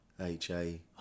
H-A